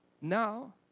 Now